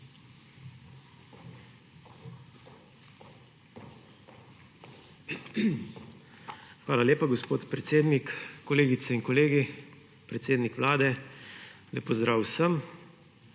Hvala lepa, gospod predsednik. Kolegice in kolegi, predsednik Vlade, lep pozdrav vsem!